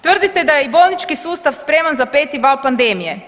Tvrdite da je i bolnički sustav spreman za 5. val pandemije.